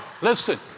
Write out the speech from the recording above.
Listen